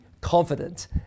confident